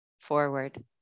forward